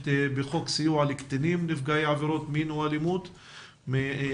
בחוק סיוע לקטינים נפגעי עבירות מין או אלימות מ-2008,